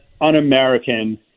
un-American